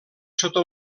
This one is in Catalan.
sota